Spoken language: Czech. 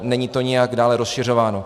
Není to nijak dále rozšiřováno.